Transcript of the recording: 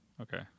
Okay